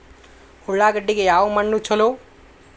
ಉಳ್ಳಾಗಡ್ಡಿಗೆ ಯಾವ ಮಣ್ಣು ಛಲೋ?